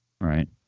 Right